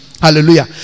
hallelujah